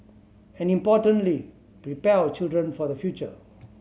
and importantly prepare our children for the future